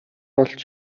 болж